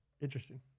Interesting